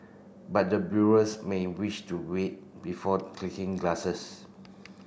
but the brewers may wish to wait before clinking glasses